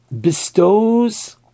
bestows